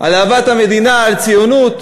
על אהבת המדינה, על ציונות.